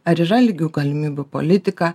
ar yra lygių galimybių politika